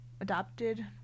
adopted